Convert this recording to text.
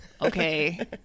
Okay